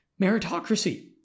meritocracy